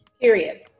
Period